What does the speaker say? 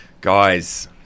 Guys